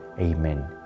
Amen